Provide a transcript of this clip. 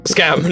Scam